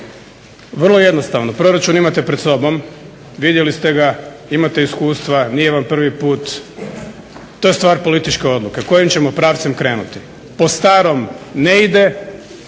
Vrlo jednostavno. Proračun imate pred sobom, vidjeli ste ga, imate iskustva, nije vam prvi put. To je stvar politike odluke kojim ćemo pravcem krenuti. Po starom ne ide,